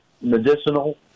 medicinal